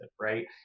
right